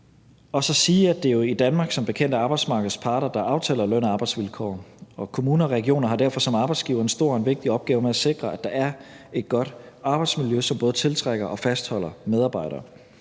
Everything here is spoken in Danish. og så sige, at det jo i Danmark som bekendt er arbejdsmarkedets parter, der aftaler løn- og arbejdsvilkår, og at kommuner og regioner derfor som arbejdsgiver har en stor og vigtig opgave med at sikre, at der er et godt arbejdsmiljø, som både tiltrækker og fastholder medarbejdere.